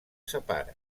separa